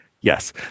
Yes